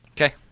Okay